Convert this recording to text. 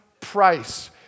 price